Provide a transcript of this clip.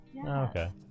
okay